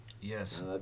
yes